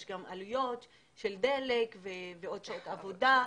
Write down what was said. יש גם עלויות דלק ועוד שעות עבודה ולחץ.